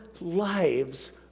lives